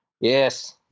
Yes